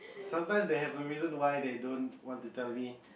sometimes they have a reason why they don't want to tell me